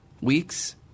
weeks